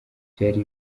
byari